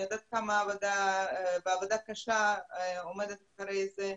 אני יודעת כמה עבודה קשה עומדת מאחורי זה.